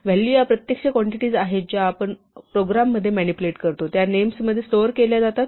value ह्या प्रत्यक्ष quantities आहेत ज्या आपण आपल्या प्रोग्रॅम मध्ये मॅनिप्युलेट करतो त्या नेम्स मध्ये स्टोअर केल्या जातात